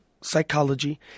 psychology